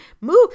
move